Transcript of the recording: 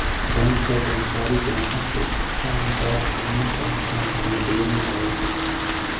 बैंकक जानकारी ग्राहक के इच्छा अनुसार अन्य संस्थान के देल जाइत अछि